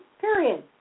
period